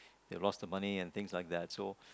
loss of money and things like that so